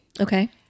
Okay